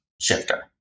shifter